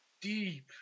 deep